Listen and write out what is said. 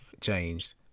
changed